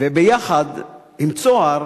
וביחד עם "צהר"